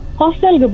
hostel